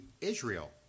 Israel